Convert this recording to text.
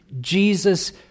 Jesus